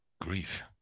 grief